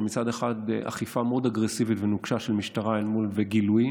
מצד אחד אכיפה מאוד אגרסיבית ונוקשה של משטרה וגילויים,